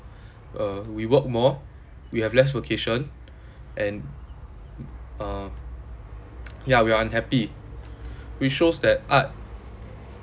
uh we work more we have less vacation and uh yeah we are unhappy we shows that art